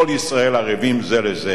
"כל ישראל ערבים זה לזה"